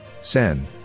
sen